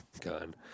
gun